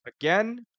again